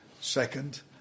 second